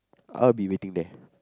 I'll be waiting there